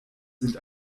sind